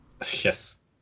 Yes